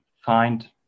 find